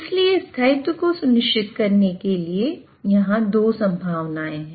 इसलिए स्थायित्व को सुनिश्चित करने के लिए यह दो संभावनाएं हैं